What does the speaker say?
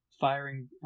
firing